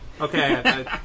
Okay